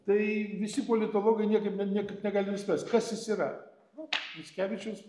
tai visi politologai niekaip ne niekaip negali nuspręst kas jis yra nu mickevičiaus